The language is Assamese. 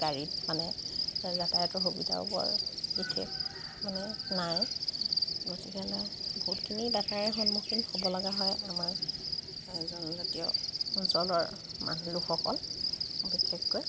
গাড়ীত মানে যাতায়তৰ সুবিধাও বৰ বিশেষ মানে নাই গতিকে লৈ বহুতখিনি বাধাৰে সন্মুখীন হ'ব লগা হয় আমাৰ জনজাতীয় অঞ্চলৰ মানুহ লোকসকল বিশেষকৈ